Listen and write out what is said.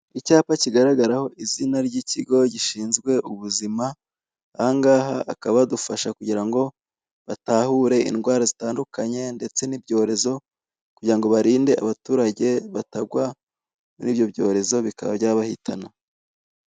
Icyapa ikigaragaraho izina ry'ikigo gishinzwe ubuzima, aha ngaha hakaba badufasha kugirango batahure indwara zitandukanye ndetse n'ibyorezo kugirango barinde abaturage kugirango batagwa muri ibyo byorezo bikaba byabahitana.